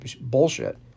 bullshit